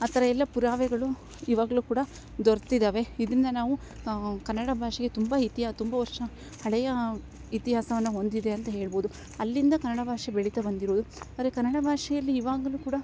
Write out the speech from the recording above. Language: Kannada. ಆ ಥರ ಎಲ್ಲ ಪುರಾವೆಗಳು ಇವಾಗಲು ಕೂಡ ದೊರೆತಿದಾವೆ ಇದನ್ನು ನಾವು ಕನ್ನಡ ಭಾಷೆಗೆ ತುಂಬ ಹಿರಿಯ ತುಂಬ ವರ್ಷ ಹಳೆಯ ಇತಿಹಾಸವನ್ನು ಹೊಂದಿದೆ ಅಂತ ಹೇಳಬೌದು ಅಲ್ಲಿಂದ ಕನ್ನಡ ಭಾಷೆ ಬೆಳಿತ ಬಂದಿರೋದು ಆದರೆ ಕನ್ನಡ ಭಾಷೆಯಲ್ಲಿ ಇವಾಗಲು ಕೂಡ